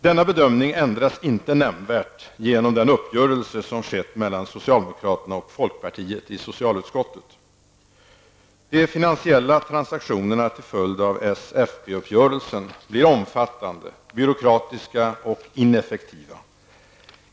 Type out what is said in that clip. Denna bedömning ändras inte nämnvärt genom den uppgörelse som skett mellan socialdemokraterna och folkpartiet i socialutskottet. De finansiella transaktionerna till följd av s--fpuppgörelsen blir omfattande, byråkratiska och ineffektiva.